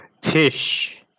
Tish